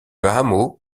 hameau